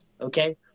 okay